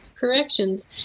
corrections